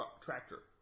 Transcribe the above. tractor